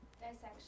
Dissection